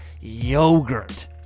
yogurt